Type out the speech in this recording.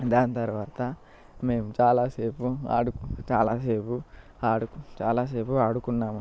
దాని తరువాత మేము చాలాసేపు ఆడుకో చాలాసేపు చాలాసేపు ఆడుకున్నాము